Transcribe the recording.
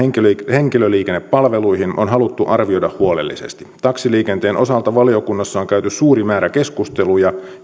henkilöliikennepalveluihin on haluttu arvioida huolellisesti taksiliikenteen osalta valiokunnassa on käyty suuri määrä keskusteluja ja